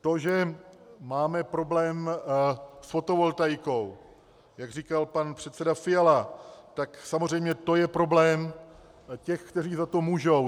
To, že máme problém s fotovoltaikou, jak říkal pan předseda Fiala, tak samozřejmě to je problém těch, kteří za to můžou.